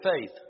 faith